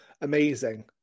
amazing